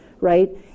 right